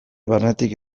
barnetik